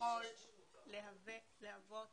יכול להוות